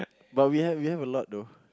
but we have we have a lot though